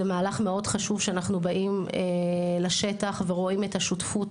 זה מהלך מאוד חשוב שאנחנו באים לשטח ורואים את השותפות